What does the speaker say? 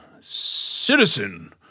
citizen